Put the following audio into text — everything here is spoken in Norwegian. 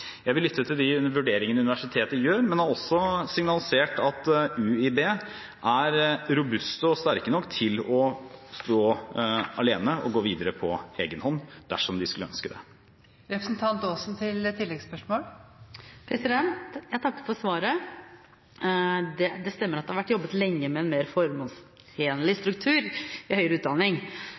Jeg vil lytte til de vurderingene universitetet gjør, men har også signalisert at UiB er robuste og sterke nok til å stå alene og gå videre på egen hånd dersom de skulle ønske det. Jeg takker for svaret. Det stemmer at det har vært jobbet lenge med en mer formålstjenlig struktur i høyere utdanning,